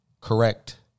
Correct